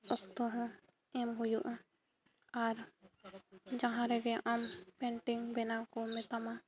ᱚᱠᱛᱚ ᱦᱚᱸ ᱮᱢ ᱦᱩᱭᱩᱜᱼᱟ ᱟᱨ ᱡᱟᱦᱟᱸ ᱨᱮᱜᱮ ᱟᱢ ᱯᱮᱱᱴᱤᱝ ᱵᱮᱱᱟᱣ ᱠᱚ ᱢᱮᱛᱟᱢᱟ